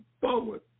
forward